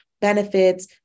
benefits